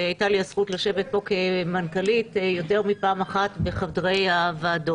והייתה לי הזכות לשבת פה כמנכ"לית יותר מפעם אחת בחדרי הוועדות.